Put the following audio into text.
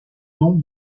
don